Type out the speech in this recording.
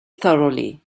thoroughly